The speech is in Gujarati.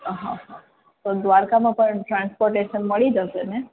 હ હ પણ દ્વારકામાં પણ ટ્રાન્સપોટેશન મળી જશે ને